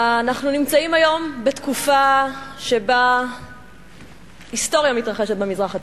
אנחנו נמצאים היום בתקופה שבה היסטוריה מתרחשת במזרח התיכון.